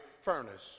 furnace